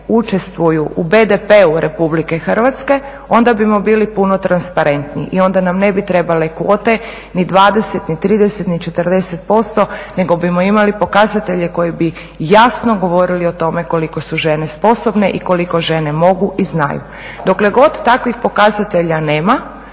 učestvuju u BDP-u Republike Hrvatske onda bimo bili puno transparentniji i onda nam ne bi trebale kvote ni 20, ni 30, ni 40% nego bimo imali pokazatelje koji bi jasno govorili o tome koliko su žene sposobne i koliko žene mogu i znaju. Dokle god takvih pokazatelja nema